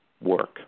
work